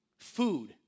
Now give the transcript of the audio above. Food